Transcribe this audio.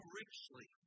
richly